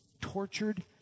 tortured